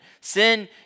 Sin